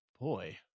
Boy